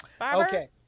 Okay